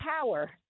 power